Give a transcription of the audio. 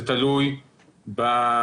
זה תלוי במידע,